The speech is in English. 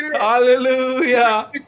Hallelujah